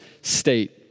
state